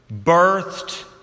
birthed